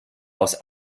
aus